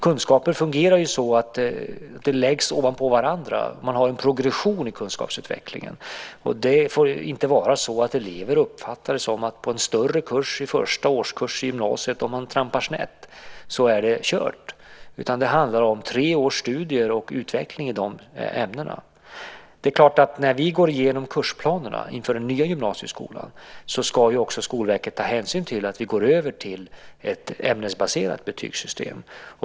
Kunskaper fungerar ju så att de läggs ovanpå varandra, att man har en progression i kunskapsutvecklingen. Elever får inte uppfatta det som att om man trampar snett på en större kurs i första årskuren på gymnasiet så är det kört, utan det handlar om tre års studier och utveckling i de ämnena. När vi går igenom kursplanerna inför den nya gymnasieskolan ska Skolverket naturligtvis också ta hänsyn till att vi går över till ett ämnesbaserat betygssystem.